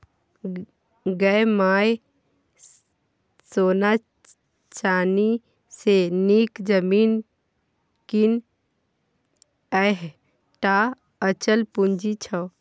गै माय सोना चानी सँ नीक जमीन कीन यैह टा अचल पूंजी छौ